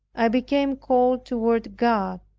i became cold toward god.